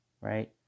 right